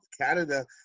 Canada